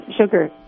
sugar